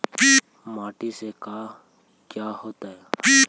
माटी से का क्या होता है?